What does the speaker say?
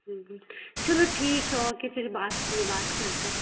چلو ٹھیک ہے اوکے پھر بات میں بات کرتے ہیں